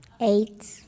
Eight